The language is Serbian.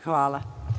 Hvala.